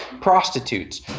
prostitutes